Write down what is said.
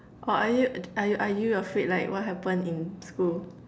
oh are you are are you afraid like what happen in school